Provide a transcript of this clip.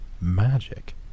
magic